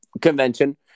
convention